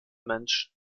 mensch